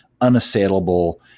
unassailable